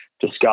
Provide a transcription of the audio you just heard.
discuss